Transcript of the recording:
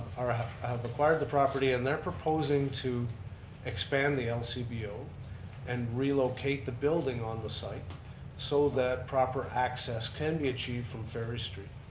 ah have have acquired the property and they're proposing to expand the lcbo and relocate the building on the site so that proper access can be achieved from ferry street.